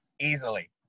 Easily